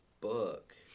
book